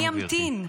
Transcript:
מי ימתין?